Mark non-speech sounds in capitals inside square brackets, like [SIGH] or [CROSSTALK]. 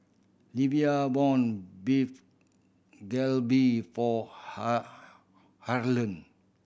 Livia [UNINTELLIGIBLE] Beef Galbi for [UNINTELLIGIBLE] Harlon